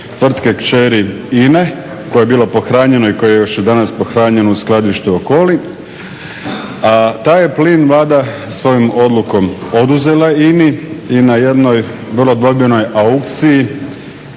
tvrtke kćeri INA-e koje je bilo pohranjeno i koje još danas pohranjeno u skladištu Okoli, a taj plin Vlada svojom odlukom oduzela INA-i i na jednoj vrlo dvojbenoj aukciji